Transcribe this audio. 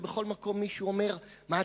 ובכל מקום מישהו אומר: מה,